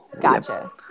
gotcha